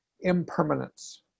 impermanence